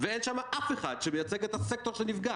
ואין שם אף אחד שמייצג את הסקטור שנפגע,